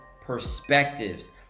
perspectives